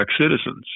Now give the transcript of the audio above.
citizens